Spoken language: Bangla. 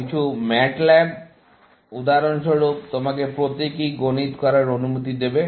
কিছু MATLAB উদাহরণস্বরূপ তোমাকে প্রতীকী গণিত করার অনুমতি দেবে